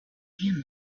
camel